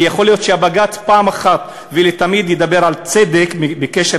כי יכול להיות שבג"ץ אחת ולתמיד ידבר על צדק בקשר